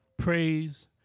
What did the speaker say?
Praise